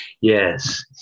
Yes